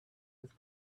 with